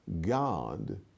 god